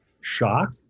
shock